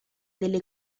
delle